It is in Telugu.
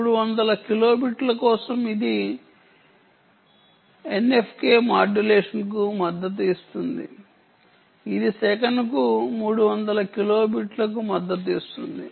300 కిలోబిట్ల కోసం ఇది ఎఫ్ఎఫ్కె మాడ్యులేషన్కు మద్దతు ఇస్తుంది ఇది సెకనుకు 300 కిలోబిట్లకు మద్దతు ఇస్తుంది